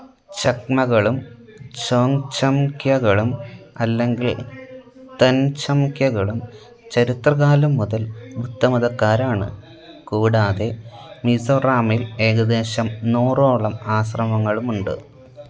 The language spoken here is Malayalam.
ചക്മകളും ചോങ് ചംഗ്യകളും അല്ലെങ്കിൽ തൻ ചംഗ്യകളും ചരിത്രകാലം മുതൽ ബുദ്ധ മതക്കാരാണ് കൂടാതെ മിസോറാമിൽ ഏകദേശം നൂറോളം ആശ്രമങ്ങളുമുണ്ട്